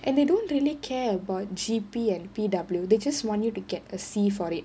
and they don't really care about G_P and P_W they just want you to get a C for it